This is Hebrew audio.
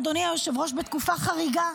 אדוני היושב-ראש, אנחנו נמצאים בתקופה חריגה,